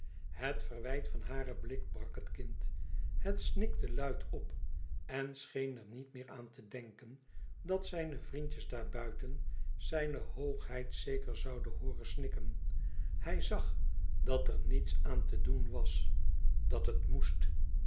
het verwijt van haren blik brak het kind het snikte luid op en scheen er niet meer aan te denken dat zijne vriendjes daarbuiten zijne hoogheid zeker zouden hooren snikken hij zag dat er niets aan te doen was dat het moest